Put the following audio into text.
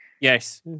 yes